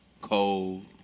cold